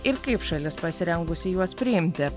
ir kaip šalis pasirengusi juos priimti